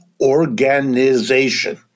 organization